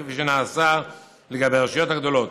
כפי שנעשה לגבי הרשויות הגדולות.